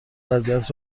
وضعیت